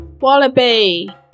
Wallaby